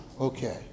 Okay